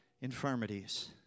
infirmities